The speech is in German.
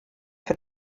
für